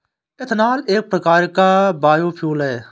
ethanol एक प्रकार का बायोफ्यूल है